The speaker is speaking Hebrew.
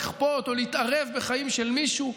לכפות או להתערב בחיים של מישהו.